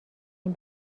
این